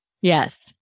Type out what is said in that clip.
Yes